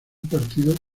partido